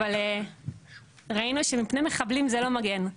אבל ראינו שמפני מחבלים זה לא מגן.